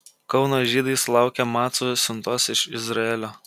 kauno žydai sulaukė macų siuntos iš izraelio